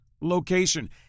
location